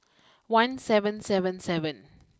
one seven seven seven